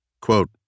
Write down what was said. Quote